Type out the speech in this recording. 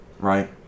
Right